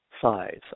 size